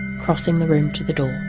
crossing the room to the door.